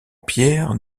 pierre